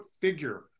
figure